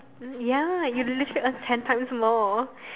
mm ya you literally earn ten times more